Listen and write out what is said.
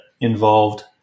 involved